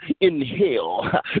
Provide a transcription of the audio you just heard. Inhale